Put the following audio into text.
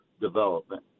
development